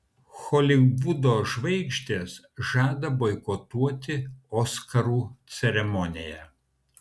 holivudo žvaigždės žada boikotuoti oskarų ceremoniją